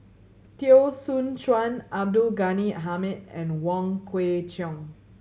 Teo Soon Chuan Abdul Ghani Hamid and Wong Kwei Cheong